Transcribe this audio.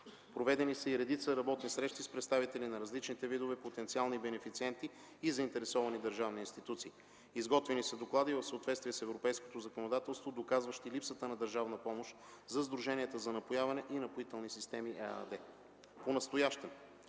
проведени са и редица работни срещи с представители на различните видове потенциални бенефициенти и заинтересовани държавни институции; - изготвени са доклади в съответствие с европейското законодателство, доказващи липсата на държавна помощ за сдруженията за напояването и „Напоителни системи” ЕАД. Понастоящем